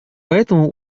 поэтому